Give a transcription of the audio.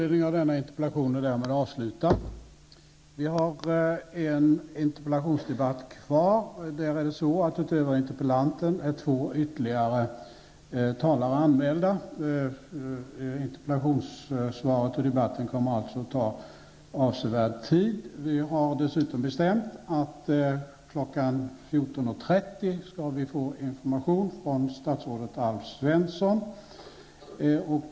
Det återstår nu en interpellationsdebatt. Utöver interpellanten är två talare anmälda. Den debatten kommer alltså att ta avsevärd tid. Dessutom har vi bestämt att kl. 14.30 skall statsrådet Alf Svensson lämna information från regeringen.